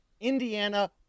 Indiana